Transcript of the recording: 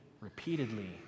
repeatedly